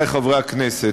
וחברי חברי הכנסת,